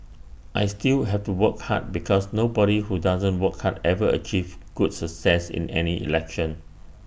I still have to work hard because nobody who doesn't work hard ever achieves good success in any election